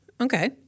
Okay